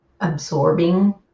absorbing